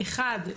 אחד,